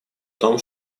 том